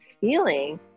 feeling